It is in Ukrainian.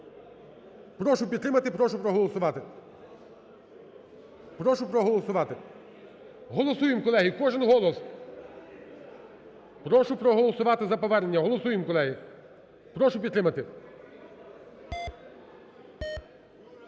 Прошу підтримати. Прошу проголосувати. Прошу проголосувати. Голосуємо, колеги! Кожен голос. Прошу проголосувати за повернення. Голосуємо, колеги. Прошу підтримати.